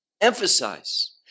emphasize